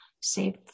save